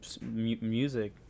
music